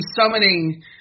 summoning –